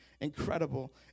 incredible